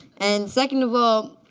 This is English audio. and second of all,